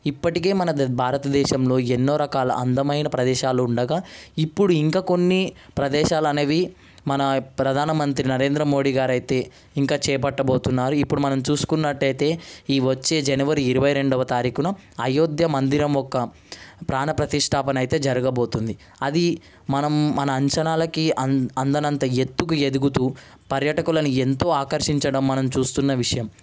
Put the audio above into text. ఇప్పటికే మన దే భారత దేశంలో ఎన్నో రకాల అందమైన ప్రదేశాలు ఉండగా ఇప్పుడు ఇంకా కొన్ని ప్రదేశాలు అనేవి మన ప్రధానమంత్రి నరేంద్ర మోది గారు అయితే ఇంకా చేపట్టబోతున్నారు ఇప్పుడు మనం చూసుకున్నట్లయితే ఈ వచ్చే జనవరి ఇరవై రెండవ తారీఖున అయోధ్య మందిరం ఒక ప్రాణ ప్రతిష్టాపన అయితే జరగపోతుంది అది మనం మన అంచనాలకి అం అందనంత ఎత్తుకు ఎదుగుతు పర్యాటకులను ఎంతో ఆకర్షించడం మనం చూస్తున్న విషయం